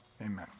Amen